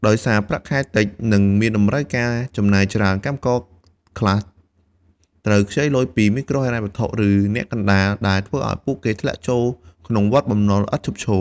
ដោយសារប្រាក់ខែតិច និងមានតម្រូវការចំណាយច្រើន កម្មករខ្លះត្រូវខ្ចីលុយពីមីក្រូហិរញ្ញវត្ថុ ឬអ្នកកណ្ដាល ដែលធ្វើឱ្យពួកគាត់ធ្លាក់ចូលក្នុងវដ្តបំណុលឥតឈប់ឈរ។